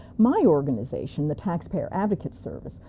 my organization, the taxpayer advocate service,